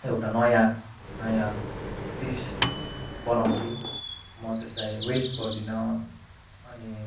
एउटा नयाँ नयाँ डिस बनाउँछु म त्यसलाई वेस्ट गर्दिन अनि